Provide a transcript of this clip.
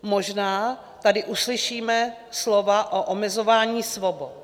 Možná tady uslyšíme slova o omezování svobod.